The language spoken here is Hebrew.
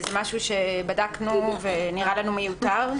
זה משהו שבדקנו ונראה לנו מיותר.